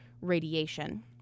Radiation